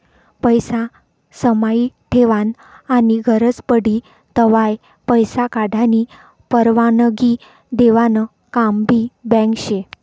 पैसा समाई ठेवानं आनी गरज पडी तव्हय पैसा काढानी परवानगी देवानं काम भी बँक शे